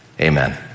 amen